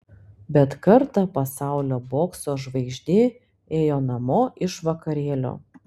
bet kartą pasaulio bokso žvaigždė ėjo namo iš vakarėlio